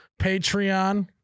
patreon